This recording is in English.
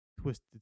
twisted